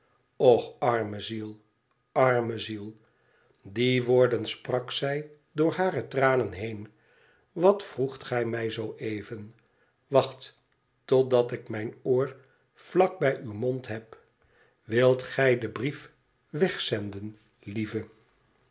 arme ziel arme ziel die woorden sprak zij door hare tranen heen wat vroegt gij mij zoo even wacht totdat ik mijn oor vlak bij uw mond heb wilt gij den brief wegzenden lieve